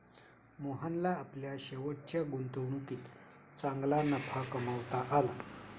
मोहनला आपल्या शेवटच्या गुंतवणुकीत चांगला नफा कमावता आला